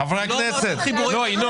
חברי הכנסת, יואב,